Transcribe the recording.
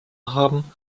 haben